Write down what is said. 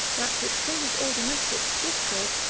that, to extinguish all domestic discord,